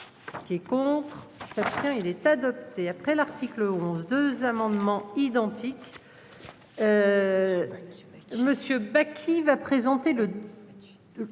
Qui est contre s'abstient il est adopté après l'article 11 2 amendements identiques. Monsieur bas qui va présenter le.